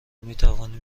میتوانیم